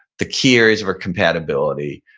the key here is of a compatibility.